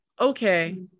okay